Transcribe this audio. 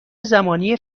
زمانی